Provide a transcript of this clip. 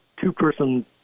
two-person